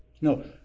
No